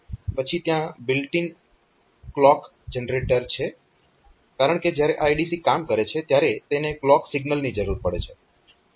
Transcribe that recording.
પછી ત્યાં built in clock generator છે કારણકે જ્યારે આ ADC કામ કરે છે ત્યારે તેને ક્લોક સિગ્નલ ની જરૂર પડે છે